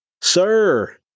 Sir